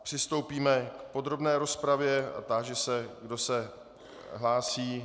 Přistoupíme k podrobné rozpravě a táži se, kdo se hlásí.